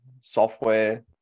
software